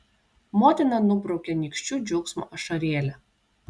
motina nubraukia nykščiu džiaugsmo ašarėlę